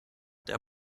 der